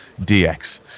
DX